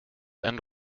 and